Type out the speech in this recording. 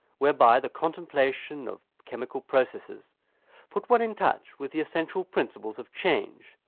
whereby the contemplation of chemical processes put one in touch with the essential principles of change,